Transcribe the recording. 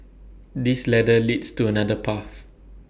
this ladder leads to another path